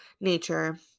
nature